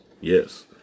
Yes